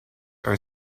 are